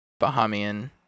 Bahamian